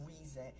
reason